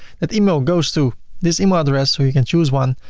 that email goes to this email address so you can choose one.